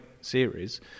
series